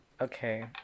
Okay